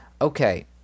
Okay